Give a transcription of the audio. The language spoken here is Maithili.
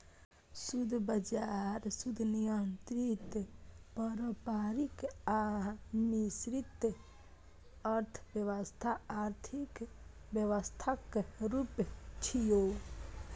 शुद्ध बाजार, शुद्ध नियंत्रित, पारंपरिक आ मिश्रित अर्थव्यवस्था आर्थिक व्यवस्थाक रूप छियै